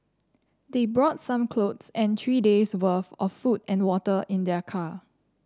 they brought some clothes and three days' worth of food and water in their car